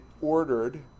ordered